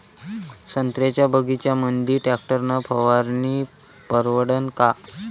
संत्र्याच्या बगीच्यामंदी टॅक्टर न फवारनी परवडन का?